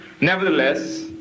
Nevertheless